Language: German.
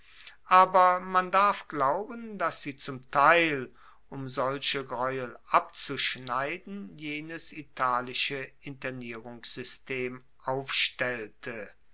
aber man darf glauben dass sie zum teil um solche greuel abzuschneiden jenes italische internierungssystem aufstellte